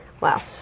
Wow